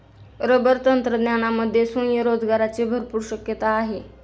rubber तंत्रज्ञानामध्ये स्वयंरोजगाराची भरपूर शक्यता आहे